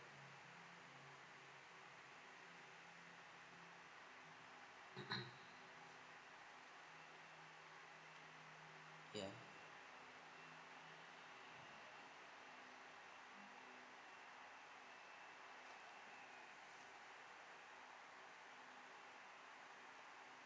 ya